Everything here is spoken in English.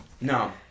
No